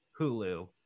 Hulu